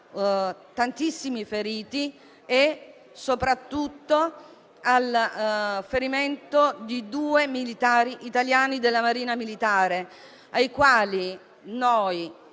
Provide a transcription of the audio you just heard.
tantissimi feriti e soprattutto al ferimento di due soldati italiani della Marina militare ai quali noi,